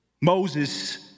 moses